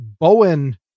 Bowen